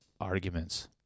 arguments